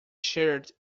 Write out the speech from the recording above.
shared